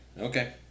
Okay